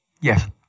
Yes